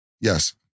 Yes